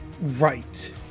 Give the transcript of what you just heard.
right